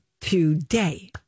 Today